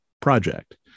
project